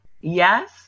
yes